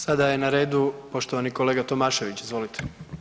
Sada je na redu poštovani kolega Tomašević, izvolite.